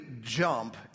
jump